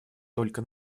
только